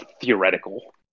theoretical